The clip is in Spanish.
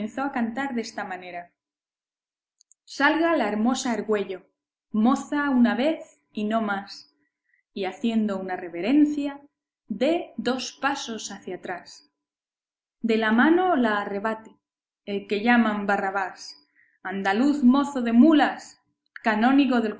improviso comenzó a cantar desta manera salga la hermosa argüello moza una vez y no más y haciendo una reverencia dé dos pasos hacia atrás de la mano la arrebate el que llaman barrabás andaluz mozo de mulas canónigo del